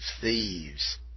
thieves